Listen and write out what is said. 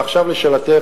ועכשיו לשאלתך,